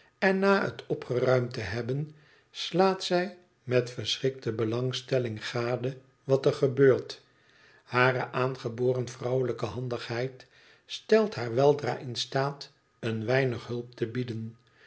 en na het opgeruimd te hebben slaat zij met verschrikte belangstelling gade wat er gebeurt hare aangeboren vrouwelijke handigheid stelt haar weldra in staat een weinig hulp te bieden